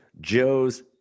Joe's